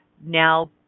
now